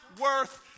worth